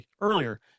earlier